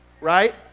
right